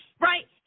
right